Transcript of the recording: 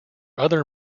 other